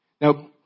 Now